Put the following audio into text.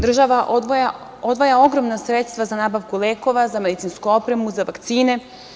Država odvaja ogromna sredstva za nabavku lekova, za medicinsku opremu, za vakcine.